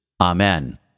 Amen